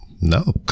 no